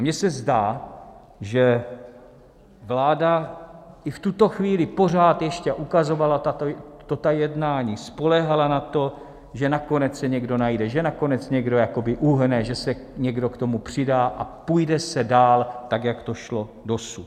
A mně se zdá, že vláda i v tuto chvíli pořád ještě ukazovala tato jednání, spoléhala na to, že nakonec se někdo najde, že nakonec někdo jakoby uhne, že se někdo k tomu přidá a půjde se dál tak, jak to šlo dosud.